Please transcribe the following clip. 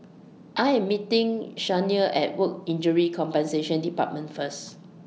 I Am meeting Shania At Work Injury Compensation department First